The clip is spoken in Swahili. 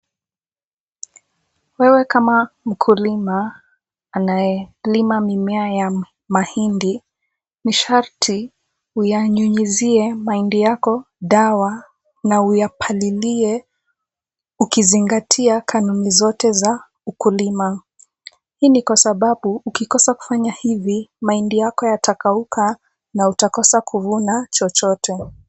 Wewe kama mkulima anayelima mimea ya mahindi, ni sharti uyanyunyuzie mahindi yako dawa na uyapalilie ukizingatia kanuni zote za ukulima. Hii ni kwa sababu ukikosa kufanya hivi, mahindi yako yatakauka na utakosa kuvuna chochote.